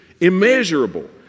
immeasurable